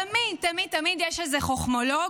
תמיד תמיד תמיד יש איזה חוכמולוג,